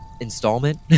installment